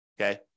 okay